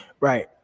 Right